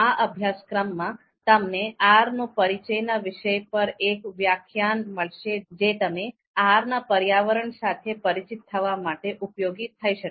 આ અભ્યાસક્રમ માં તમને R નો પરિચય ના વિષય પર એક વ્યાખ્યાન મળશે જે તમે R ના પર્યાવરણ સાથે પરિચિત થવા માટે ઉપયોગી થઈ શકે